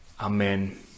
Amen